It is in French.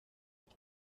faut